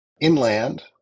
inland